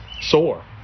sore